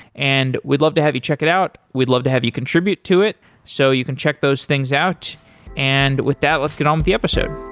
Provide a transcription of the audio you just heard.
and, we'd love to have you check it out, we'd love to have you contribute to it so you can check those things out and with that, let's get on with the episode.